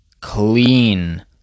clean